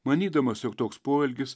manydamas jog toks poelgis